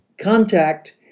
contact